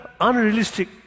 unrealistic